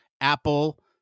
Apple